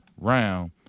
round